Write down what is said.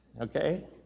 Okay